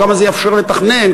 כמה זה יאפשר לתכנן,